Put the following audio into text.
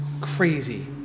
crazy